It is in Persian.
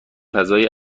فضای